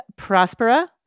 Prospera